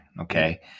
Okay